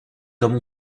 comme